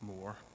more